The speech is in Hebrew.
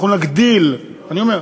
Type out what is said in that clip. אנחנו נגדיל, אני אומר: